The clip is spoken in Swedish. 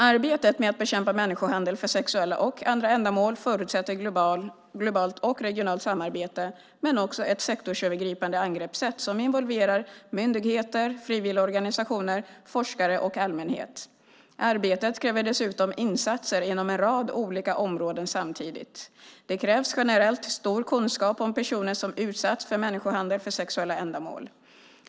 Arbetet med att bekämpa människohandel för sexuella och andra ändamål förutsätter globalt och regionalt samarbete men också ett sektorsövergripande angreppssätt som involverar myndigheter, frivilligorganisationer, forskare och allmänhet. Arbetet kräver dessutom insatser inom en rad olika områden samtidigt. Det krävs generellt stor kunskap om personer som utsatts för människohandel för sexuella ändamål.